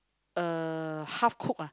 uh half cooked ah